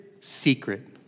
secret